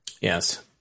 Yes